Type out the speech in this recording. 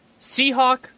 Seahawk